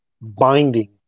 binding